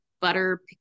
butter